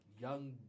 young